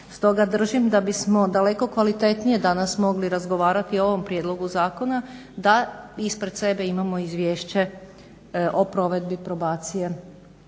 Stoga držim da bismo daleko kvalitetnije danas mogli razgovarati o ovom prijedlogu zakona da ispred sebe imamo izvješće o provedbi probacije